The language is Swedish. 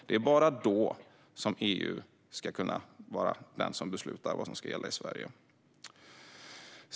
Det är bara då som EU ska kunna vara den som beslutar vad som ska gälla i Sverige.